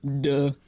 Duh